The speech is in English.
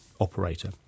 operator